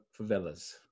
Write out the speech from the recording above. favelas